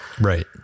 Right